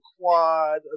quad